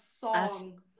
song